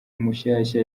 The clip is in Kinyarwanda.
mushasha